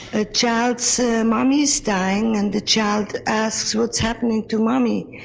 a child's mummy is dying and the child asks what's happening to mummy.